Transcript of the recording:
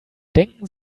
denken